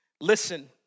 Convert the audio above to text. Listen